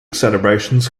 celebrations